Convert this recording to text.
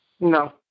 No